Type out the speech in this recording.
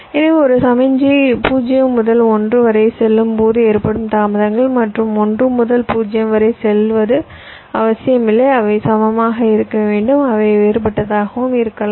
எனவே ஒரு சமிக்ஞை 0 முதல் 1 வரை செல்லும் போது ஏற்படும் தாமதங்கள் மற்றும் 1 முதல் 0 வரை செல்வது அவசியமில்லை அவை சமமாக இருக்க வேண்டும் அவை வேறுபட்டதாகவும் இருக்கலாம்